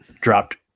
dropped